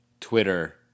Twitter